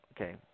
okay